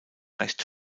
recht